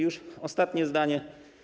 Już ostatnie zdanie.